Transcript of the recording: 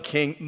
King